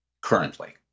currently